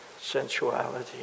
sensuality